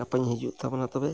ᱜᱟᱯᱟᱧ ᱦᱤᱡᱩᱜ ᱛᱟᱵᱚᱱᱟ ᱛᱚᱵᱮ